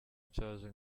nshaje